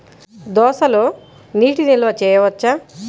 దోసలో నీటి నిల్వ చేయవచ్చా?